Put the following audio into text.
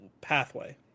pathway